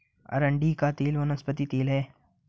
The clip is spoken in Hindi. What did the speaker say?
अरंडी का तेल वनस्पति तेल है